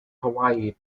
hawaii